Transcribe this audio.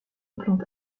plante